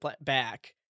back